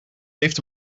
heeft